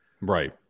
right